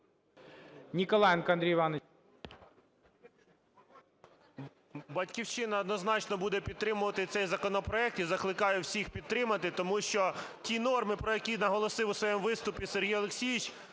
"Батьківщина" однозначно буде підтримувати цей законопроект і закликає всіх підтримати, тому що ті норми, про які наголосив у своєму виступі Сергій Олексійович,